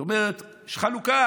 זאת אומרת, יש חלוקה